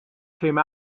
came